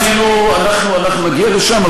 אנחנו נגיע לשם,